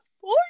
four